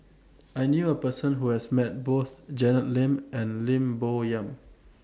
I knew A Person Who has Met Both Janet Lim and Lim Bo Yam